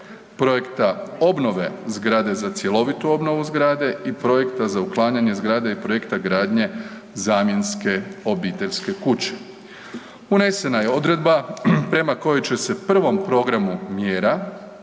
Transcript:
projekta obnove zgrade za cjelovitu obnovu zgrade i projekta za uklanjanje zgrade i projekta gradnje zamjenske obiteljske kuće unesena je odredba prema kojoj će se prvom programu mjera,